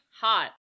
Hot